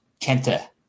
Kenta